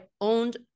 owned